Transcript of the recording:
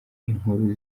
inkuru